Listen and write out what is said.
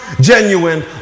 genuine